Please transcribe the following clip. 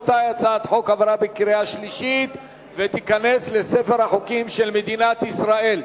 הצעת החוק עברה בקריאה שלישית ותיכנס לספר החוקים של מדינת ישראל.